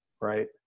right